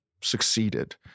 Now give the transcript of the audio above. succeeded